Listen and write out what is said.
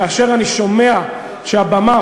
כאשר אני שומע מהבמה,